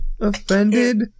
offended